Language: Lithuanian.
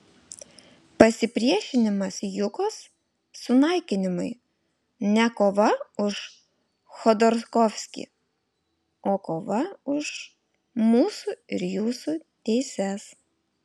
pasipriešinimas jukos sunaikinimui ne kova už chodorkovskį o kova už mūsų ir jūsų teises